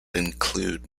include